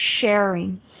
sharing